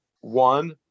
One